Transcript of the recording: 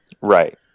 Right